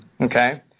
Okay